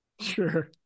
Sure